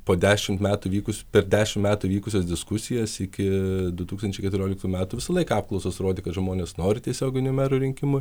po dešimt metų vykus per dešimt metų vykusios diskusijos iki du tūkstančiai keturioliktų metų visą laik apklausos rodė kad žmonės nori tiesioginių merų rinkimų